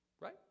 right